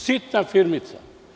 Sitna firmica.